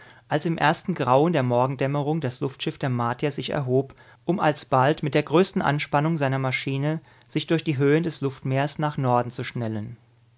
als im ersten grauen der morgendämmerung das luftschiff der martier sich erhob um alsbald mit der größten anspannung seiner maschine sich durch die höhen des luftmeers nach norden zu schnellen